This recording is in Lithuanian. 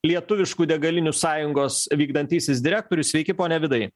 lietuviškų degalinių sąjungos vykdantysis direktorius sveiki pone vidai